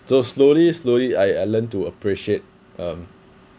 so slowly slowly I I learn to appreciate um